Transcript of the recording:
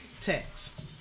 text